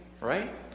Right